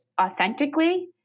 authentically